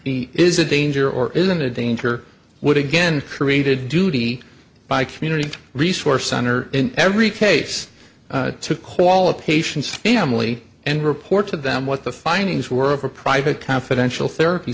he is a danger or isn't a danger would again created duty by community resource center in every case to call a patient's family and report to them what the findings were of a private confidential therapy